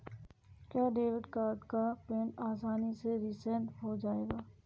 क्या debit card का PIN आसानी से रीसेट हो जाएगा?